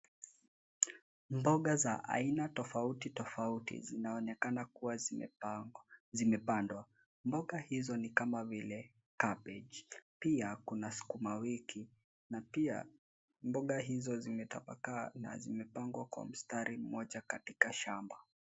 Mboga za aina tofauti tofauti zinaonekana kuwa zimepandwa mboga hizo ni kama vile kabegi pia kuna sukuma wiki na pia mboga hizo zimetapakaa na zimepangwa kwa mstari moja katika shamba.